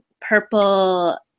Purple